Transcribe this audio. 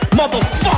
motherfucker